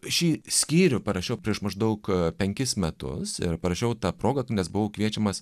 šį skyrių parašiau prieš maždaug penkis metus ir parašiau ta proga nes buvau kviečiamas